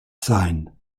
sein